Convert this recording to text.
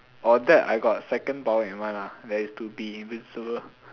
or that I got second power in mind lah that is to be invisible